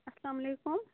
السلام علیکم